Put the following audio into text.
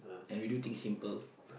and we do things simple